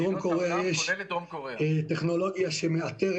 בדרום קוריאה יש טכנולוגיה שמאתרת